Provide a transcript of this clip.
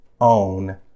own